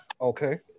Okay